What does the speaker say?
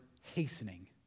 hastening